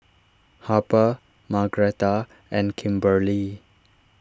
Harper Margretta and Kimberlee